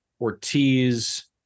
Ortiz